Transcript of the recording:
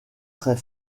très